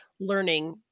learning